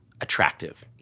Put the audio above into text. attractive